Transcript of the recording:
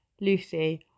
Lucy